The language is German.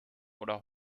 oder